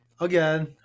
again